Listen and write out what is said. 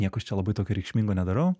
nieko aš čia labai tokio reikšmingo nedarau